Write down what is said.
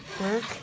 work